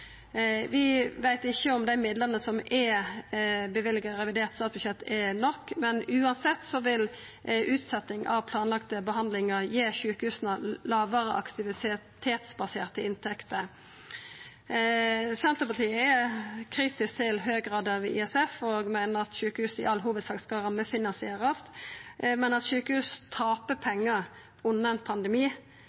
Vi veit ikkje om dei midlane som er løyvde i revidert nasjonalbudsjett, er nok, men uansett vil ei utsetjing av planlagde behandlingar gi sjukehusa lågare aktivitetsbaserte inntekter. Senterpartiet er kritisk til ein høg grad av ISF og meiner at sjukehus i all hovudsak skal rammefinansierast. Men at sjukehus taper pengar under ein pandemi,